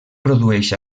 produeix